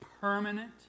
permanent